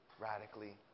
radically